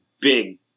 big